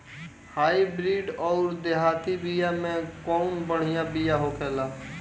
Hybrid अउर देहाती बिया मे कउन बढ़िया बिया होखेला?